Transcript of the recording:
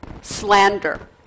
slander